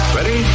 Ready